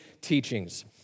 teachings